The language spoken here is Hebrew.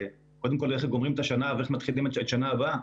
קודם כל איך גומרים את השנה ואיך מתחילים את שנה הבאה,